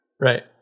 Right